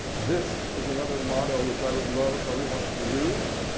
this is another motto, which i would love everyone to use.